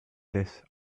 this